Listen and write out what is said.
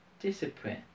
discipline